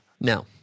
No